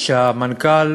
שהמנכ"ל